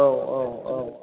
औ औ औ